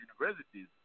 universities